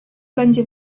będzie